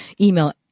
email